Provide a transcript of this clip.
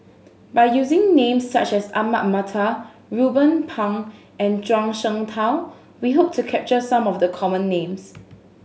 by using names such as Ahmad Mattar Ruben Pang and Zhuang Shengtao we hope to capture some of the common names